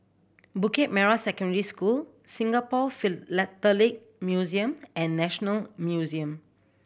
Bukit Merah Secondary School Singapore Philatelic Museum and National Museum